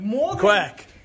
Quack